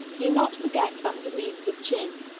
do not forget underneath the chin.